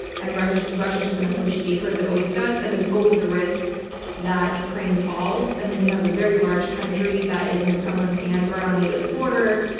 and russia's russia's just going to push deeper as it always does, and there's always a risk that ukraine falls. and then you have a very large country that is in the kremlin's hands right on nato's border,